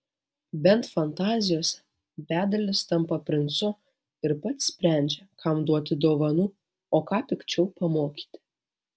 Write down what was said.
bent fantazijose bedalis tampa princu ir pats sprendžia kam duoti dovanų o ką pikčiau pamokyti